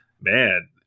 man